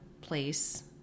place